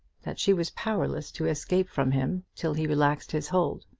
that she was powerless to escape from him till he relaxed his hold.